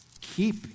Keep